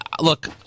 Look